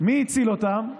מי הציל אותם?